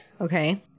Okay